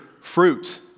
fruit